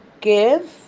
give